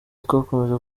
twakomeje